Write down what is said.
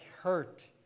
hurt